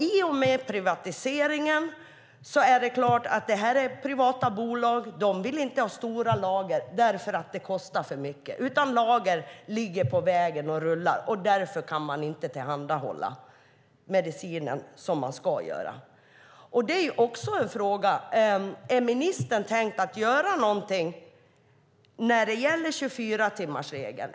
I och med privatiseringen är det klart att det här är fråga om privata bolag som inte vill ha stora lager därför att det kostar för mycket, utan lager ligger på vägen och rullar. Därför kan man inte tillhandahålla medicinen som man ska göra. Tänker ministern göra någonting när det gäller 24-timmarsregeln?